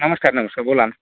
नमस्कार नमस्कार बोला ना